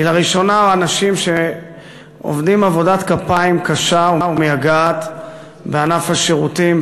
כי לראשונה אנשים שעובדים עבודת כפיים קשה ומייגעת בענף השירותים,